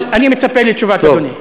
אבל אני מצפה לתשובת אדוני.